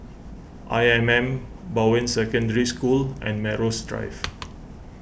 I M M Bowen Secondary School and Melrose Drive